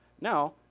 Now